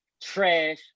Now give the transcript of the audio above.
trash